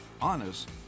honest